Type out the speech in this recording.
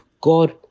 God